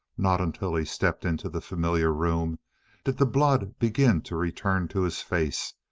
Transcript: not until he stepped into the familiar room did the blood begin to return to his face,